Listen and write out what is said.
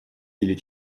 или